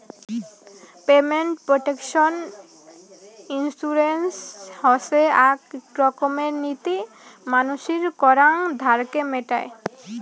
payment protection insurance হসে আক রকমের নীতি মানসির করাং ধারকে মেটায়